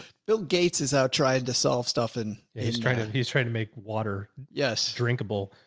bill gates is out trying to solve stuff. and he's trying to, he's trying to make water. yes. drinkable,